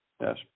yes